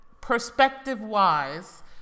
perspective-wise